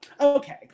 okay